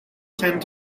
tend